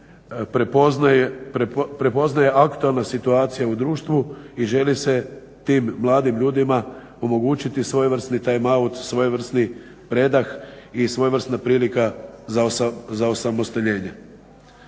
prepoznaje aktualna situacija u društvu i želi se tim mladim ljudima omogućiti svojevrsni time out, svojevrsni predah i svojevrsna prilika za osamostaljenje.